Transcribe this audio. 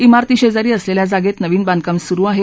इमारतीशेजारी असलेल्या जागेत नवीन बांधकाम सुरू आहे